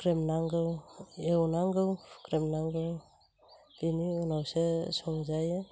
सोमनांगौ एवनांगौ हुख्रेमनांगौ बिनि उनावसो संजायो